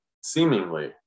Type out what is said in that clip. seemingly